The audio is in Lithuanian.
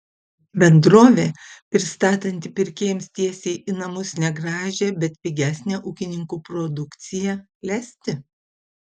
bendrovė pristatanti pirkėjams tiesiai į namus negražią bet pigesnę ūkininkų produkciją klesti